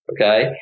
okay